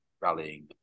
rallying